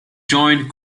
joined